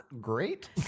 great